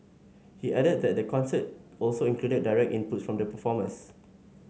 he added that the concert also included direct inputs from the performers